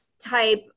type